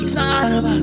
time